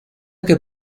que